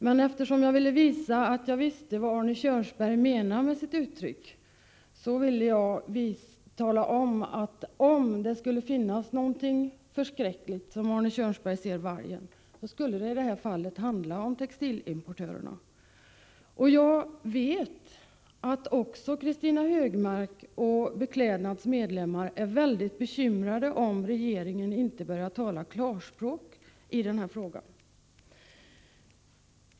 Men eftersom jag ville visa att jag visste vad Arne Kjörnsberg menade med sitt uttryck vill jag tala om att om det i detta sammanhang skulle finnas något förskräckligt, som skulle kunna föranleda Arne'Kjörnsberg att se vargen, borde det i det här fallet vara textilimportörerna. Jag vet att också Kristina Högmark och Beklädnads medlemmar är mycket bekymrade, om regeringen inte börjar tala klarspråk i denna fråga.